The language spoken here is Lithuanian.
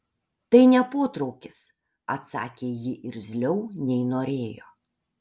tai ne potraukis atsakė ji irzliau nei norėjo